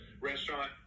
Restaurant